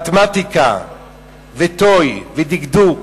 מתמטיקה ותו"י ודקדוק